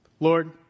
Lord